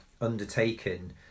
undertaken